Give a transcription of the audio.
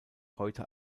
heute